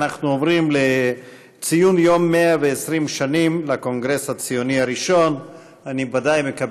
נעבור להצעות לסדר-היום בנושא: ציון יום הקונגרס הציוני הראשון בבאזל,